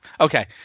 Okay